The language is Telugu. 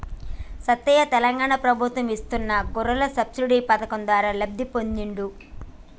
సత్తయ్య తెలంగాణ ప్రభుత్వం ఇస్తున్న గొర్రెల సబ్సిడీ పథకం ద్వారా లబ్ధి పొందిండు